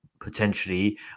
potentially